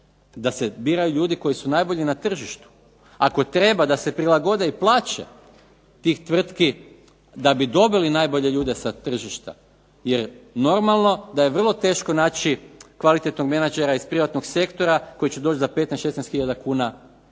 da se biraju ljudi koji su najbolji na tržištu. Ako treba da se prilagode i plaće tih tvrtki da bi doveli najbolje ljude sa tržišta. Jer normalno da je vrlo teško naći kvalitetnog menagera iz privatnog sektora koji će doći za 15, 16000 kuna